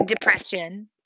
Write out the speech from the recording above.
depression